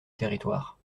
territoire